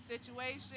situation